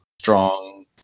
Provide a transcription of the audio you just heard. strong